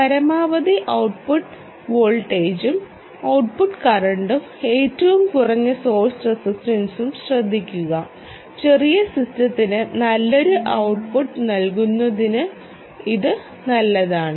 പരമാവധി ഔട്ട്പുട്ട് വോൾട്ടേജും ഔട്ട്പുട്ട് കറന്റും ഏറ്റവും കുറഞ്ഞ സോഴ്സ് റെസിസ്റ്റൻസും ശ്രദ്ധിക്കുക ചെറിയ സിസ്റ്റത്തിന് നല്ലൊരു ഔട്ട്പുട്ട് നൽകുന്നതിന് ഇത് നല്ലതാണ്